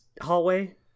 hallway